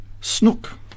snook